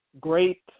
great